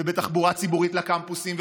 בתחבורה ציבורית לקמפוסים,